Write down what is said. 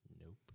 nope